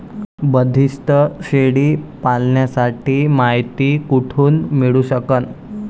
बंदीस्त शेळी पालनाची मायती कुठून मिळू सकन?